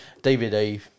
DVD